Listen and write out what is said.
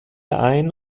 ein